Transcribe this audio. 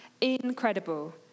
incredible